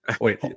wait